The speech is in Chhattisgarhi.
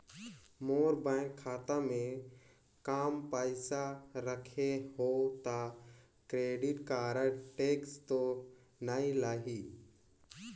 मोर बैंक खाता मे काम पइसा रखे हो तो क्रेडिट कारड टेक्स तो नइ लाही???